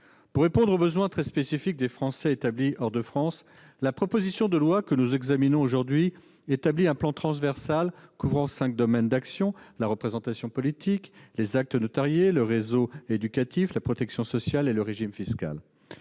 Pour répondre aux besoins spécifiques des Français établis hors de France, la proposition de loi que nous examinons aujourd'hui établit un plan transversal couvrant cinq domaines d'action : la représentation politique, les actes notariés, le réseau éducatif, la protection sociale et le régime fiscal.